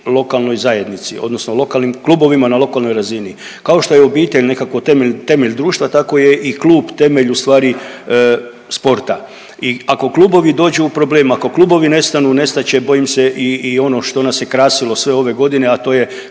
lokalnoj zajednici odnosno lokalnim klubovima na lokalnoj razini. Kao što je obitelj nekako temelj, temelj društva tako je i klub temelj ustvari sporta i ako klubovi dođu u problem, ako klubovi nestanu, nestat će bojim se i, i ono što nas je krasilo sve ove godine, a to je